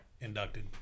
inducted